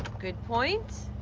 good point.